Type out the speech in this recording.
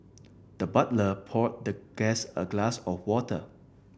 the butler poured the guest a glass of water